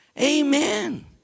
Amen